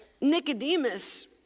Nicodemus